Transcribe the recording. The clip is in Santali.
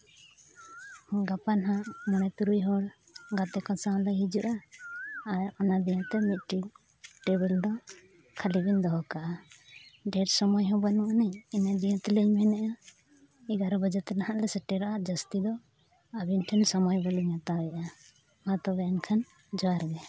ᱜᱟᱯᱟ ᱱᱟᱦᱟᱜ ᱢᱚᱬᱮᱼᱛᱩᱨᱩᱭ ᱦᱚᱲ ᱜᱟᱛᱮᱠᱚ ᱥᱟᱶᱞᱮ ᱦᱤᱡᱩᱜᱼᱟ ᱟᱨ ᱚᱱᱟ ᱤᱭᱟᱹᱛᱮ ᱢᱤᱫᱴᱤᱡ ᱫᱚ ᱠᱷᱟᱹᱞᱤ ᱵᱤᱱ ᱫᱚᱦᱚ ᱠᱟᱜᱼᱟ ᱰᱷᱮᱨ ᱥᱳᱢᱚᱭ ᱦᱚᱸ ᱵᱟᱹᱱᱩᱜ ᱟᱹᱱᱤᱡ ᱤᱱᱟᱹ ᱤᱭᱟᱹᱭ ᱛᱮᱞᱤᱧ ᱢᱮᱱᱮᱫᱟ ᱮᱜᱟᱨᱚ ᱵᱟᱡᱮᱛᱮ ᱱᱟᱦᱟᱜ ᱞᱮ ᱥᱮᱴᱮᱨᱚᱜᱼᱟ ᱡᱟᱹᱥᱛᱤ ᱫᱚ ᱟᱹᱵᱤᱱ ᱴᱷᱮᱱ ᱥᱚᱢᱚᱭ ᱵᱟᱞᱤᱧ ᱦᱟᱛᱟᱣ ᱮᱫᱼᱟ ᱢᱟ ᱛᱚᱵᱮ ᱮᱱᱠᱷᱟᱱ ᱡᱚᱦᱟᱨ ᱜᱮ